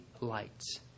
lights